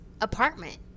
apartment